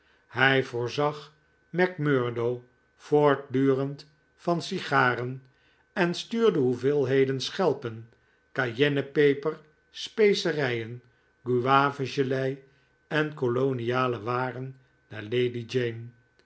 hij voorzag macmurdo voortdurend van sigaren en stuurde hoeveelheden schelpen cayenne peper specerijen guava gelei en koloniale waren aan lady jane